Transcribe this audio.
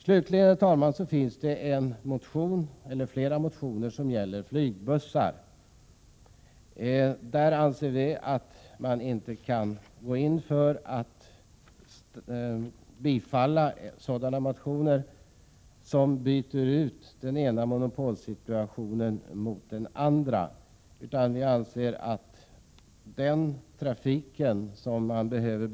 Slutligen, herr talman, föreligger flera motioner om flygbussarna. Vi anser att riksdagen inte kan bifalla sådana motioner som skulle leda till att vi byter ut det ena monopolet mot det andra.